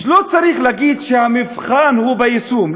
לא צריך לומר שהמבחן הוא ביישום,